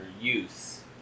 use